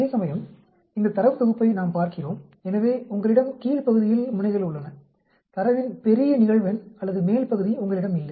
அதேசமயம் இந்த தரவு தொகுப்பை நாம் பார்க்கிறோம் எனவே உங்களிடம் கீழ் பகுதியில் முனைகள் உள்ளன தரவின் பெரிய நிகழ்வெண் அல்லது மேல் பகுதி உங்களிடம் இல்லை